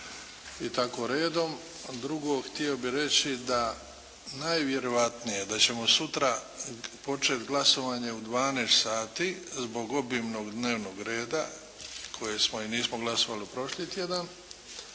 i tako redom. A drugo, htio bih reći da najvjerojatnije da ćemo sutra početi glasovanje u 12 sati zbog obimnog dnevnog reda, jer nismo glasovali prošli tjedan